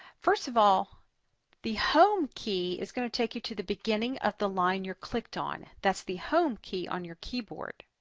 first of all the home key is going to take you to the beginning of the line you're clicked on. that's the home key on your keyboard.